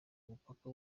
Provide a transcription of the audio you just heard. umupaka